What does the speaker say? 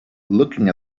looking